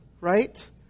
right